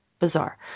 Bizarre